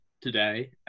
today